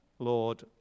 Lord